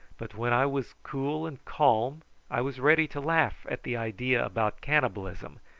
but when i was cool and calm i was ready to laugh at the idea about cannibalism,